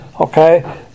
okay